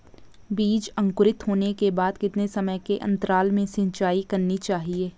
बीज अंकुरित होने के बाद कितने समय के अंतराल में सिंचाई करनी चाहिए?